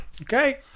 Okay